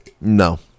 No